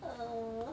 uh